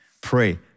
Pray